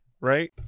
Right